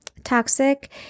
toxic